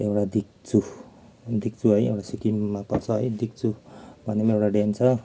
डिक्चु डिक्चु है एउटा सिक्किममा पर्छ है डिक्चु भन्नेमा एउटा ड्याम छ